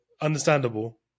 understandable